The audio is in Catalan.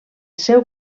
seu